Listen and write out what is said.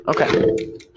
Okay